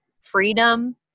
freedom